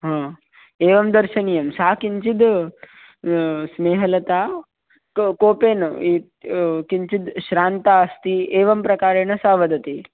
हा एवं दर्शनीयं सा किञ्चिद् स्नेहलता क कोपेन इत् किञ्चिद् श्रान्ता अस्ति एवं प्रकारेण सा वदति